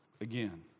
Again